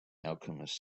alchemist